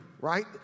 right